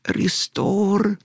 restore